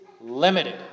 limited